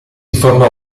formò